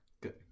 Good